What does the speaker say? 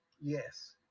Yes